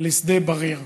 לשדה בריר.